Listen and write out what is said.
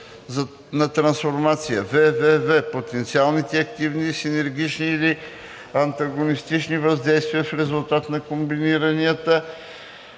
на трансформация; ввв) потенциалните адитивни, синергични или антагонистични въздействия в резултат от комбинацията